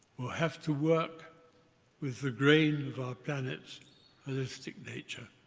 will have to work with the grain of our planet's holistic nature.